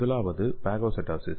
முதலாவது பாகோசைட்டோசிஸ்